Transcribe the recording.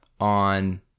on